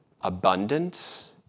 abundance